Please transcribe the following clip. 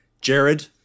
Jared